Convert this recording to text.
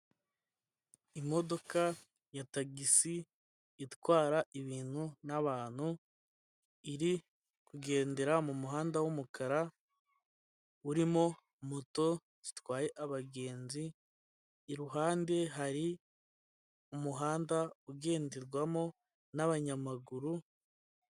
Imodoka ya tagisi itwara ibintu n'abantu iri kugendera mu muhanda w'umukara, urimo moto zitwaye abagenzi, iruhande hari umuhanda ugenderwamo n'abanyamaguru.